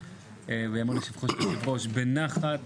מתנהלת, ויאמר לשבחו של יושב הראש, בנחת.